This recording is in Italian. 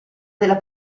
della